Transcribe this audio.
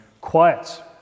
quiet